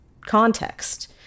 context